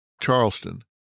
Charleston